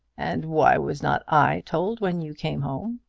and why was not i told when you came home?